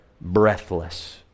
breathless